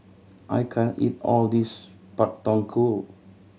I can't eat all of this Pak Thong Ko